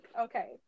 Okay